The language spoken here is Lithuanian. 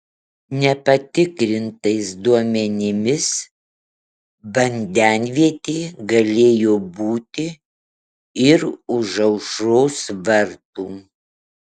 nepatikrintais duomenimis vandenvietė galėjo būti ir už aušros vartų